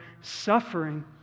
suffering